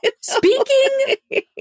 speaking